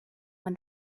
when